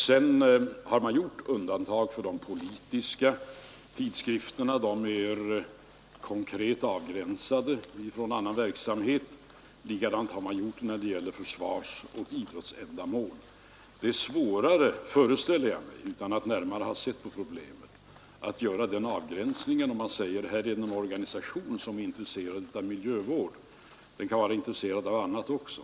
Här har man gjort undantag för de politiska tidskrifterna; de är konkret avgränsade från annan verksamhet. Likadant har man gjort när det gäller försvarsoch idrottsändamål. Det är svårare, föreställer jag mig utan att närmare ha sett på problemet, att göra den avgränsningen om det är fråga om en organisation som är intresserad av miljövård. Den kan vara intresserad av annat också.